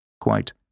Quote